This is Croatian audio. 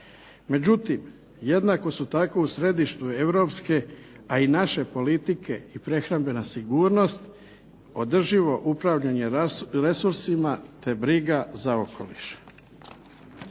Međutim jednako su tako u središtu europske, a i naše politike i prehrambena sigurnost, održivo upravljanje resursima, te briga za okoliš.